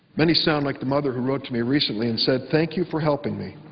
many sound like the mother who wrote to me recently and said thank you for helping me,